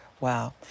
Wow